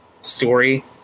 story